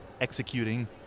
executing